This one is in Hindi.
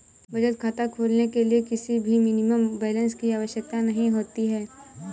बचत खाता खोलने के लिए किसी भी मिनिमम बैलेंस की आवश्यकता नहीं होती है